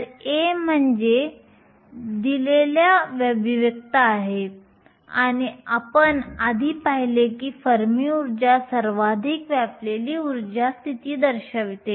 तर A म्हणजे EfkBT आहे आणि आपण आधी पाहिले की फर्मी ऊर्जा सर्वाधिक व्यापलेली ऊर्जा स्थिती दर्शवते